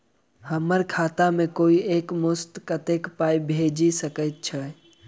हम्मर खाता मे कोइ एक मुस्त कत्तेक पाई भेजि सकय छई?